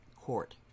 court